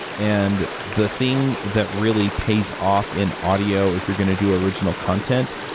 and the thing that really pays off in audio if you're going to do original content,